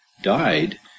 died